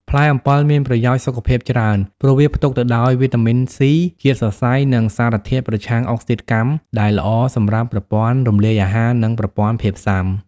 ផ្លែអំពិលមានប្រយោជន៍សុខភាពច្រើន ព្រោះវាផ្ទុកទៅដោយ វីតាមីន C ជាតិសរសៃ និងសារធាតុប្រឆាំងអុកស៊ីតកម្ម ដែលល្អសម្រាប់ប្រព័ន្ធរំលាយអាហារ និងប្រព័ន្ធភាពស៊ាំ។